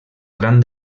gran